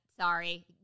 sorry